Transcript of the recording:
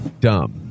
Dumb